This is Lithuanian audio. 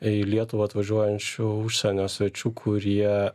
į lietuvą atvažiuojančių užsienio svečių kurie